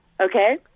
okay